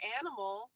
animal